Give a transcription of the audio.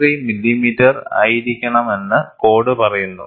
3 millimetre ആയിരിക്കണമെന്ന് code പറയുന്നു